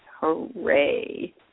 Hooray